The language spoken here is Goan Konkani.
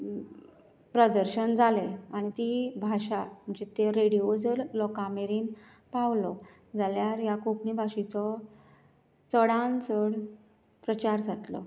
प्रदर्शन जाले आनी ती भाशा ज त्यो रेडिओ जर लोकां मेरेन पावलो जाल्यार ह्या कोंकणी भाशेचो चडान चड प्रचार जातलो